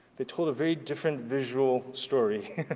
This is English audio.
they told a very different visual story,